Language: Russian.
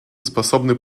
способный